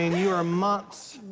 you are months